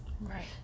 right